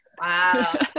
Wow